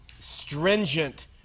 stringent